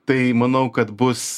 tai manau kad bus